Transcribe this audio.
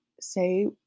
say